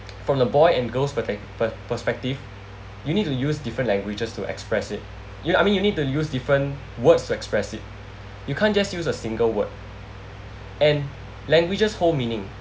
from the boy and girls protect per~ perspective you need to use different languages to express it you I mean I mean you need to use different words to express it you can't just use a single word and languages hold meaning